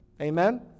Amen